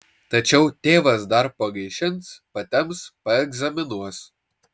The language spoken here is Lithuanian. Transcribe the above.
tačiau tėvas dar pagaišins patemps paegzaminuos